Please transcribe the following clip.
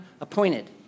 appointed